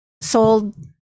sold